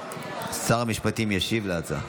שר המשפטים ישיב על ההצעה.